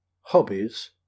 Hobbies